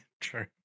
True